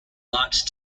large